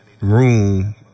room